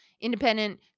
Independent